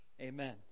amen